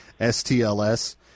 STLS